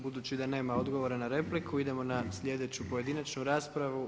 Budući da nema odgovora na repliku idemo na sljedeću pojedinačnu raspravu.